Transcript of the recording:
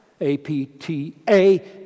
A-P-T-A